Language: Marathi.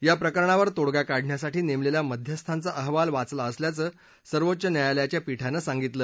या प्रकरणावर तोडगा काढण्यासाठी नेमलेल्या मध्यस्थांचा अहवाल वाचला असल्याचं सर्वोच्च न्यायालयाच्या पिठानं सांगितलं